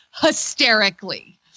hysterically